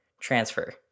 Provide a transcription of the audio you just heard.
transfer